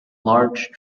large